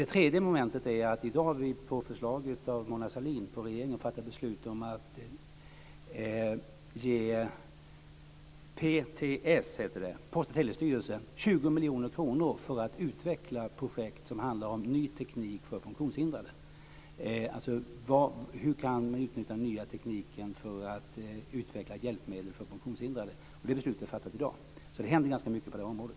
Det tredje är att regeringen i dag, på förslag av Mona Sahlin, har fattat beslut om att ge PTS, Postoch telestyrelsen, 20 miljoner kronor för att utveckla projekt som handlar om ny teknik för funktionshindrade, alltså hur man kan utnyttja den nya tekniken för att utveckla hjälpmedel för funktionshindrade. Det beslutet fattade vi i dag. Det händer alltså ganska mycket på det här området.